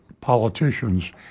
politicians